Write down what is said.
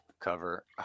cover